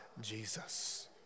Jesus